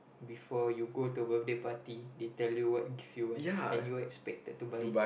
before you go to a birthday party they tell you what gift you want and you're expected to buy